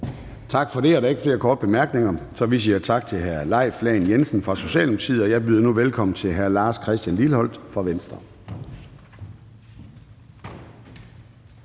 Tak for det. Der er ikke flere korte bemærkninger, så vi siger tak til hr. Leif Lahn Jensen fra Socialdemokratiet. Og jeg byder nu velkommen til hr. Lars Christian Lilleholt fra Venstre.